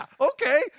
okay